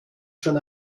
schon